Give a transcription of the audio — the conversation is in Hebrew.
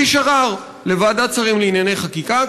הגיש ערר לוועדת שרים לענייני חקיקה,